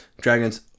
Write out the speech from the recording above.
Dragons